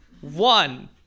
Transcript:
one